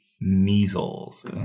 measles